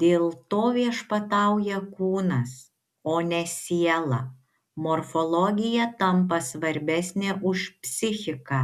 dėl to viešpatauja kūnas o ne siela morfologija tampa svarbesnė už psichiką